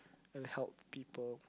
and helped people